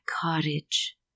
cottage